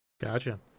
Gotcha